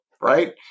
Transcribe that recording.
right